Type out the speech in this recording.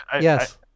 yes